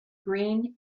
green